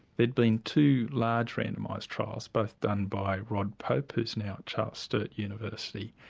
there'd been two large randomised trials both done by rod pope who's now at charles sturt university.